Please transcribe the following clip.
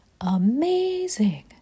amazing